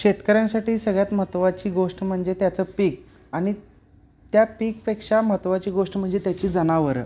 शेतकऱ्यांसाठी सगळ्यात महत्त्वाची गोष्ट म्हणजे त्याचं पीक आणि त्या पीकापेक्षा महत्त्वाची गोष्ट म्हणजे त्याची जनावरं